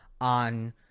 on